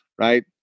right